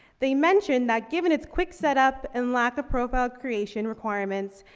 they mentioned that given its quick set-up and lack of profile creation requirements,